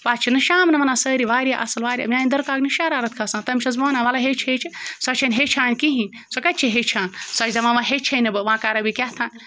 پَتہٕ چھِنہ شامَن وَنان سٲری واریاہ اَصٕل واریاہ میٛانہِ دُرکاکنہِ چھِ شرارَت کھَسان تٔمِس چھٮ۪س بہٕ وَنان وَلَے ہیٚچھِ ہیٚچھِ سۄ چھَنہٕ ہیٚچھان کِہیٖنۍ سۄ کَتہِ چھےٚ ہیٚچھان سۄ چھِ دَپان وَنہِ ہیٚچھَے نہٕ بہٕ وَنہِ کَرَے بہٕ کیٛاتھان